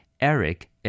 eric